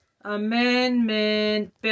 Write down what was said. Amendment